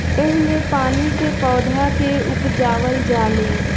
एह मे पानी से पौधा के उपजावल जाले